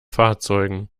fahrzeugen